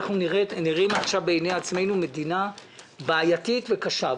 אנחנו נראים עכשיו בעיני עצמנו מדינה בעייתית וקשה,